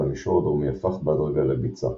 והמישור הדרומי הפך בהדרגה לביצה,